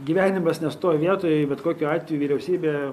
gyvenimas nestovi vietoj bet kokiu atveju vyriausybė